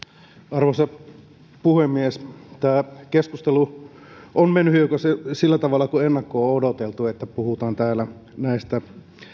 arvoisa puhemies tämä keskustelu on mennyt hiukan sillä tavalla kuin ennakkoon on odoteltu että puhutaan täällä näistä